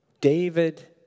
David